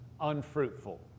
unfruitful